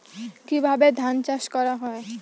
কিভাবে ধান চাষ করা হয়?